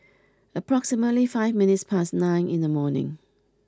approximately five minutes past nine in the morning